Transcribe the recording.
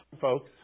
folks